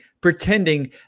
pretending